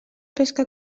pesca